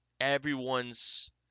everyone's